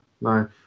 no